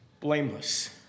Blameless